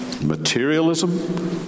materialism